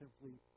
simply